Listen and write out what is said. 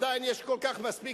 עדיין יש מספיק שאלות,